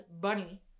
bunny